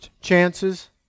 chances